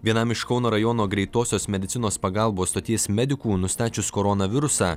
vienam iš kauno rajono greitosios medicinos pagalbos stoties medikų nustačius koronavirusą